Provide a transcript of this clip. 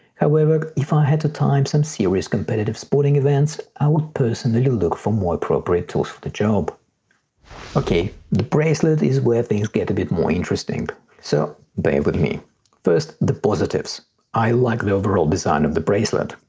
however, if i had to time some serious competitive sporting events i would personally look for more appropriate tools for the job ok the bracelet is where things get a bit more interesting so bear with me first the positives i like overall design of the bracelet.